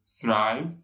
thrive